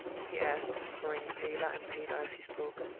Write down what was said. he asked, growing paler and paler as he spoke.